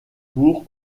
pour